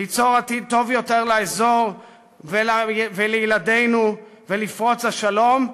ליצור עתיד טוב יותר לאזור ולילדינו ולפרוץ השלום,